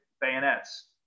bayonets